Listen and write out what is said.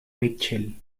mitchell